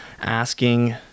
asking